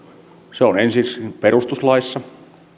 se on ensiksikin perustuslaissa